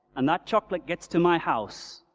and that chocolate gets to my house,